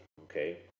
okay